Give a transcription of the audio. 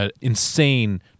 insane